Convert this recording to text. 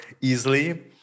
easily